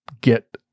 get